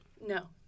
No